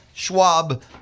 Schwab